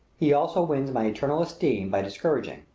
he also wins my eternal esteem by discouraging,